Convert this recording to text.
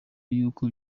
y’uko